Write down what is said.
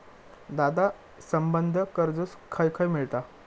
दादा, संबंद्ध कर्ज खंय खंय मिळता